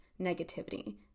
negativity